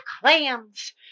clams